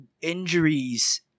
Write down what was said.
injuries